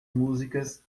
músicas